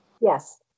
Yes